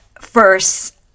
first